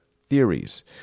theories